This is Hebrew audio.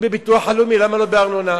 אם בביטוח הלאומי, למה לא בארנונה?